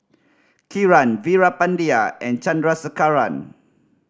Kiran Veerapandiya and Chandrasekaran